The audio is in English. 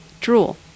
drool